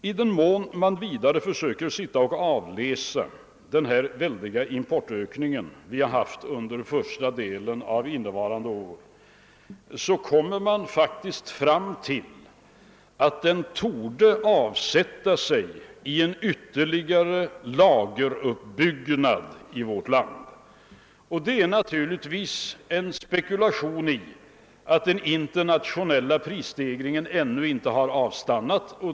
Om man sedan försöker avläsa verkan av den mycket starka importökning vi haft under första delen av innevarande år, så kommer man faktiskt fram till att den torde avsätta sig i en ytterligare lageruppbyggnad här i landet. Denna beror naturligtvis på en spekulation i att den internationella prisstegringen ännu inte har avstannat.